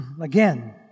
again